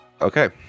Okay